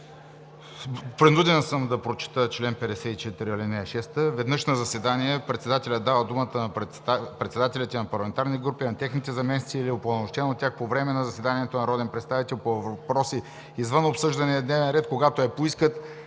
Принуден съм да прочета чл. 54, ал. 6 от ПОДНС: „Веднъж на заседание председателят дава думата на председателите на парламентарни групи, на техните заместници или на упълномощен от тях по време на заседанието народен представител по въпроси извън обсъждания дневен ред, когато я поискат.